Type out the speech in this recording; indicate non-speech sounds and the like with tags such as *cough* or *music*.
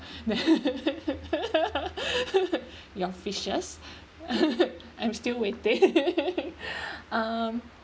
*laughs* *breath* your fishes *laughs* I'm still waiting *laughs* *breath* um